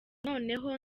noneho